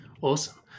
awesome